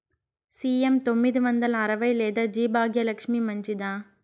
CM తొమ్మిది వందల అరవై లేదా జి భాగ్యలక్ష్మి మంచిదా?